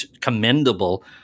commendable